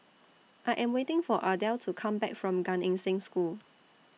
I Am waiting For Ardell to Come Back from Gan Eng Seng School